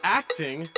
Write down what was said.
acting